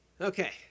Okay